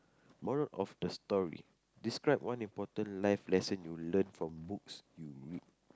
moral of the story describe one important life lesson you learn from books you read